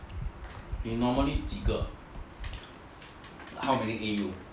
你 normally 几个 how many A_U